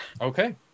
Okay